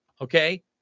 Okay